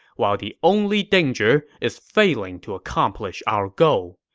while the only danger is failing to accomplish our goal.